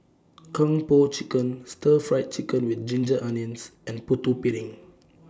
Kung Po Chicken Stir Fried Chicken with Ginger Onions and Putu Piring